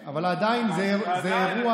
ההערות